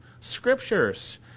Scriptures